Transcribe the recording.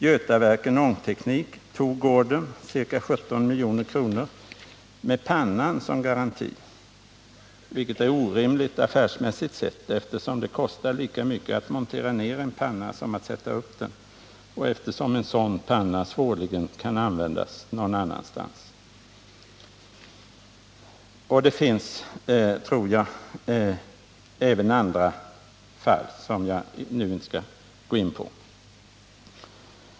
Götaverken Ångteknik tog ordern — ca 17 milj.kr. — med pannan som garanti, vilket är orimligt affärsmässigt sett, eftersom det kostar lika mycket att montera ned en panna som att sätta upp den och eftersom en sådan panna svårligen kan användas någon annanstans. Det finns, tror jag, även andra fall, som jag nu inte skall gå in på.